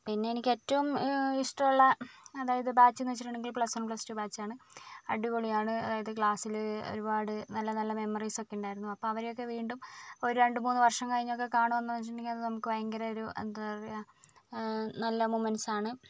പിന്നെ എനിക്ക് ഏറ്റവും ഇഷ്ടമുള്ള അതായത് ബാച്ച് എന്ന് വെച്ചിട്ടുണ്ടെങ്കിൽ plus one plus two batch ആണ് അടിപൊളിയാണ് അതായത് ക്ലാസ്സിൽ ഒരുപാട് നല്ല നല്ല മെമ്മറീസ് ഒക്കെ ഉണ്ടായിരുന്നു അപ്പോൾ അവരെ ഒക്കെ വീണ്ടും ഒരു രണ്ടു മൂന്ന് വർഷം കഴിഞ്ഞൊക്കെ കാണുക എന്ന് വെച്ചിട്ടുണ്ടെങ്കിൽ നമുക്ക് ഭയങ്കര ഒരു എന്താണ് പറയുക നല്ല മൊമെന്റ്സ് ആണ്